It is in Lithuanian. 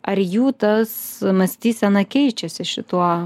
ar jų tas mąstysena keičiasi šituo